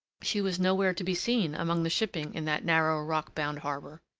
she was nowhere to be seen among the shipping in that narrow, rock-bound harbour.